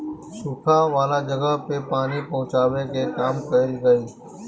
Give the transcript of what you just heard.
सुखा वाला जगह पे पानी पहुचावे के काम कइल गइल